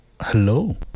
hello